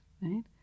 right